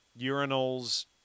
urinals